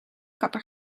kapper